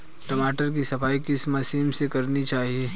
टमाटर की सफाई किस मशीन से करनी चाहिए?